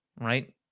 right